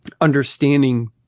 understanding